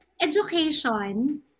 education